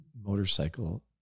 motorcycle